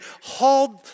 hauled